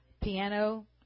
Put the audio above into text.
piano